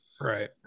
Right